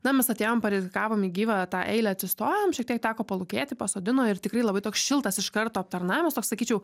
na mes atėjom parizikavom į gyvą tą eilę atsistojom šiek tiek teko palūkėti pasodino ir tikrai labai toks šiltas iš karto aptarnavimas toks sakyčiau